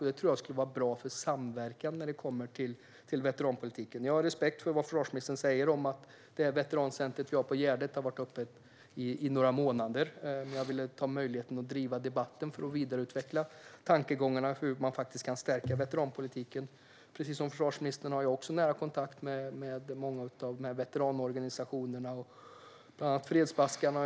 Detta tror jag skulle vara bra för samverkan i veteranpolitiken. Jag har respekt för vad försvarsministern säger - att det veterancenter som vi har på Gärdet har varit öppet i några månader - men jag ville ta möjligheten att driva debatten för att vidareutveckla tankegångarna om hur man kan stärka veteranpolitiken. Precis som försvarsministern har jag nära kontakt med många av veteranorganisationerna, bland annat Fredsbaskrarna.